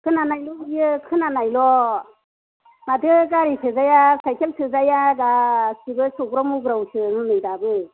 खोनानायल' बियो खोनानायल' माथो गारि सोजाया साइखेल सोजाया गासिबो सौग्राव मुग्रावसो हनै दाबो